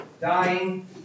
dying